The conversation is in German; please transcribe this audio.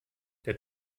der